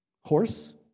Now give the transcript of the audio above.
Horse